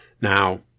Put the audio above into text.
Now